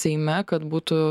seime kad būtų